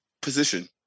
position